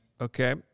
Okay